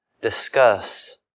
discuss